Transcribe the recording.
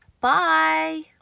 Bye